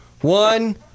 one